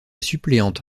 suppléante